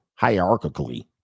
hierarchically